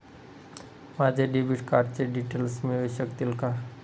माझ्या डेबिट कार्डचे डिटेल्स मिळू शकतील का?